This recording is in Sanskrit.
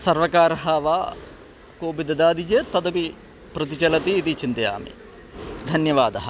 सर्वकारः वा कोऽपि ददाति चेत् तदपि प्रतिचलति इति चिन्तयामि धन्यवादः